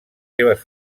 seves